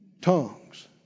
tongues